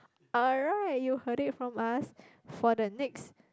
alright you heard it from us for the next